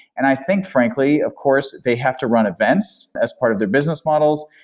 and i think frankly of course they have to run events as part of their business models.